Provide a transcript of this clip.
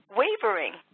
wavering